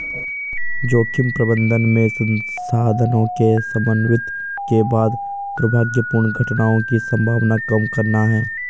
जोखिम प्रबंधन में संसाधनों के समन्वित के बाद दुर्भाग्यपूर्ण घटनाओं की संभावना कम करना है